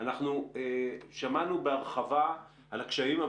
זה לא קיים לגבי מכשור רפואי,